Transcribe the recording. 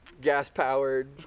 gas-powered